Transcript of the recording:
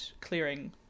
clearing